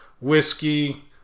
whiskey